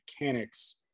mechanics